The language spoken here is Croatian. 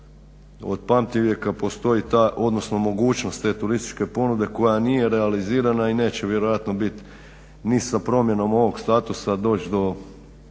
od pamtivijeka, postoji ta, odnosno mogućnost te turističke ponude koja nije realizirana i neće vjerojatno bit ni sa promjenom ovog statusa doći do